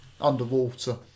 underwater